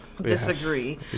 disagree